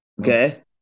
Okay